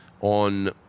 on